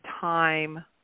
time